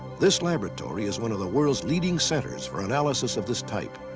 this laboratory is one of the world's leading centers for analysis of this type.